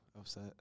Upset